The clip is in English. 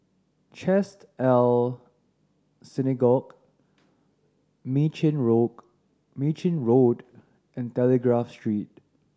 Chesed El Synagogue Mei Chin Mei Chin Road and Telegraph Street